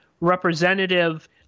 representative